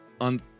on